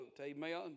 Amen